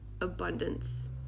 abundance